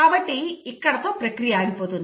కాబట్టి ఇక్కడతో ప్రక్రియ ఆగిపోతుంది